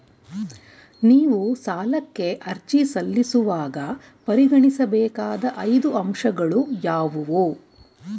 ನೀವು ಸಾಲಕ್ಕೆ ಅರ್ಜಿ ಸಲ್ಲಿಸುವಾಗ ಪರಿಗಣಿಸಬೇಕಾದ ಐದು ಅಂಶಗಳು ಯಾವುವು?